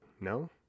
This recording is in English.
No